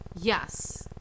Yes